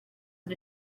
and